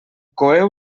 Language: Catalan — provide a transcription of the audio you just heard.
coeu